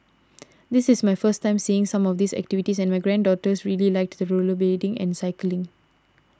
this is my first time seeing some of these activities and my granddaughters really liked the rollerblading and cycling